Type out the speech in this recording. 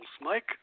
Mike